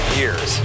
years